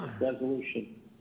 resolution